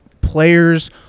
players